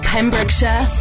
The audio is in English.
Pembrokeshire